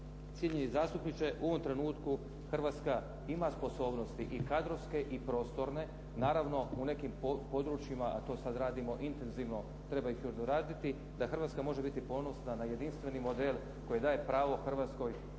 cijenjeni zastupniče, u ovom trenutku Hrvatska ima sposobnosti i kadrovske i prostorne. Naravno u nekim područjima, a to sad radimo intenzivno, treba ih još doraditi, da Hrvatska može biti ponosna na jedinstveni model koji daje pravo Hrvatskoj